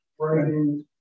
writing